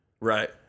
Right